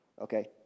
Okay